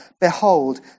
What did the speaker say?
behold